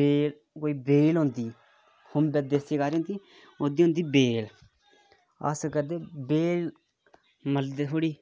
बेल होंदी देसी कारी होंदी ओह्दी होंदी बेल बेल मलदे थोह्ड़ी